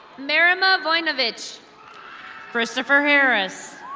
marima voynevitch christoher herez.